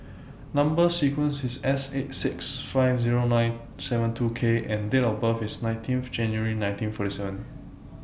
Number sequence IS S eight six five Zero nine seven two K and Date of birth IS nineteen of January nineteen forty seven